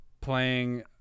playing